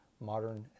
modern